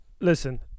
Listen